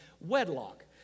Wedlock